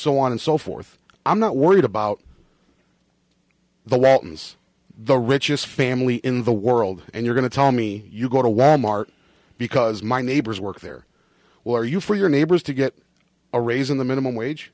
so on and so forth i'm not worried about the latins the richest family in the world and you're going to tell me you go to wal mart because my neighbors work there or you for your neighbors to get a raise in the minimum wage